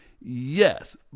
Yes